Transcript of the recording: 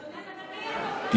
אדוני, אני מוציאה אותם.